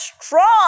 strong